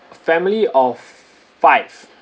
family of five